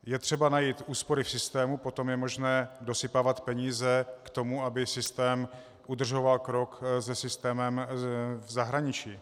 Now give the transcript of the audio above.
Je třeba najít úspory v systému, potom je možné dosypávat peníze k tomu, aby systém udržoval krok se systémem v zahraničí.